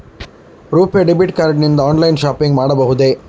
RuPay debit card ನಿಂದ online shopping ಮಾಡಬಹುದೇ?